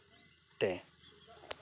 ᱛᱮ